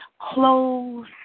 close